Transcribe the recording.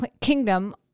kingdom